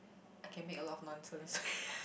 I can make a lot of nonsense